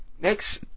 Next